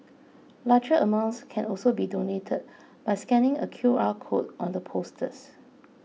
larger amounts can also be donated by scanning a Q R code on the posters